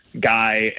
guy